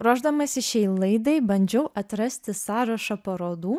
ruošdamasi šiai laidai bandžiau atrasti sąrašą parodų